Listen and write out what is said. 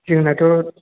जोंनाथ'